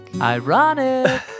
Ironic